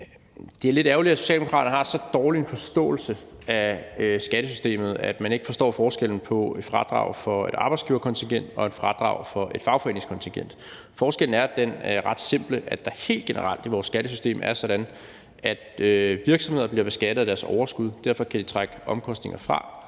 Det er lidt ærgerligt, at Socialdemokraterne har så dårlig en forståelse af skattesystemet, at man ikke forstår forskellen på et fradrag for et arbejdsgiverkontingent og et fradrag for et fagforeningskontingent. Forskellen er den ret simple, at det helt generelt i vores skattesystem er sådan, at virksomheder bliver beskattet af deres overskud, og derfor kan de trække omkostninger fra,